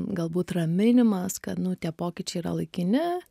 galbūt raminimas kad nu tie pokyčiai yra laikini